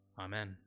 Amen